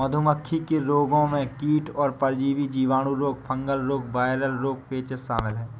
मधुमक्खी के रोगों में कीट और परजीवी, जीवाणु रोग, फंगल रोग, वायरल रोग, पेचिश शामिल है